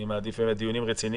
אני מעדיף לנהל דיונים רציניים.